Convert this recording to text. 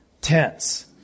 tense